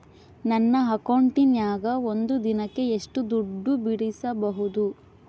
ನನ್ನ ಅಕೌಂಟಿನ್ಯಾಗ ಒಂದು ದಿನಕ್ಕ ಎಷ್ಟು ದುಡ್ಡು ಬಿಡಿಸಬಹುದು?